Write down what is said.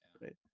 Right